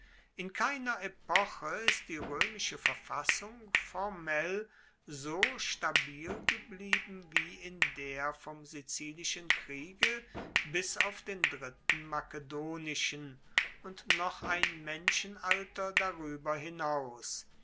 in keiner epoche ist die roemische verfassung formell so stabil geblieben wie in der vom sizilischen kriege bis auf den dritten makedonischen und noch ein menschenalter darueber hinaus